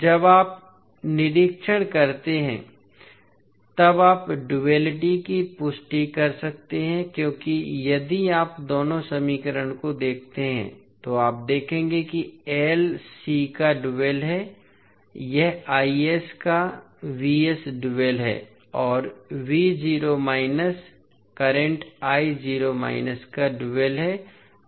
जब आप निरीक्षण करते हैं तब आप डुअलिटी की पुष्टि कर सकते हैं क्योंकि यदि आप दोनों समीकरणों को देखते हैं तो आप देखेंगे कि L C का डुअल है यह का डुअल है और करंट का डुअल है